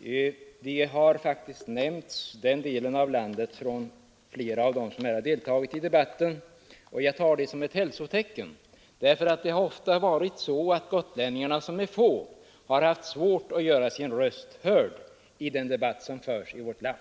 Den delen av landet har faktiskt nämnts av flera av dem som har deltagit i debatten, och jag tar det som ett hälsotecken. Gotlänningarna, som är få, har ju ofta haft svårt att göra sin röst hörd i den debatt som förs i vårt land.